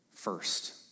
first